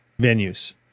venues